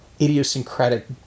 idiosyncratic